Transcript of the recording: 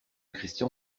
christian